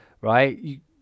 right